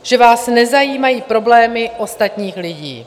Že vás nezajímají problémy ostatních lidí.